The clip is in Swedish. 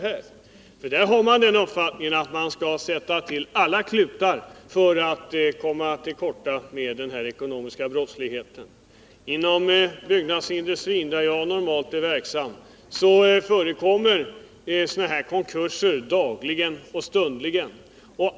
De har uppfattningen att man skall sätta till alla klutar för att komma till rätta med den här ekonomiska brottsligheten. Inom byggnadsindustrin, där jag normalt är verksam, förekommer sådana här konkurser dagligen och stundligen.